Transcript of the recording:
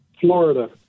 Florida